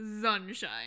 sunshine